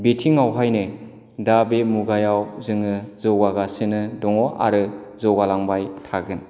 बिथिंआवहायनो दा बे मुगायाव जोङो जौगागासिनो दङ आरो जौगालांबाय थागोन